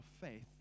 faith